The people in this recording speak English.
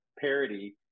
parody